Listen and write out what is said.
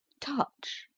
touch,